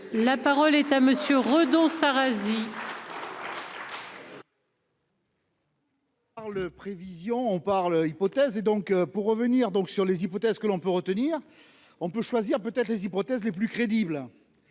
la parole est à monsieur Redon ça reste. Alors le prévisions on parle hypothèse et donc pour revenir donc sur les hypothèses que l'on peut retenir. On peut choisir peut-être les hypothèses les plus crédibles.